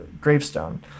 gravestone